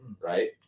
right